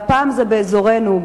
והפעם זה באזורנו,